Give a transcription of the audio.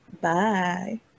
Bye